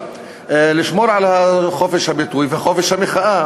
לשמור על חופש הביטוי וחופש המחאה,